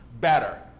better